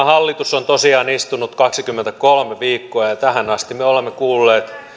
hallitus on tosiaan istunut kaksikymmentäkolme viikkoa ja tähän asti me olemme kuulleet